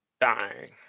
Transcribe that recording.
Dying